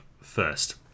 first